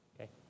Okay